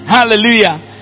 Hallelujah